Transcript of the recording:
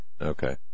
Okay